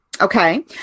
Okay